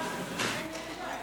כבוד השר,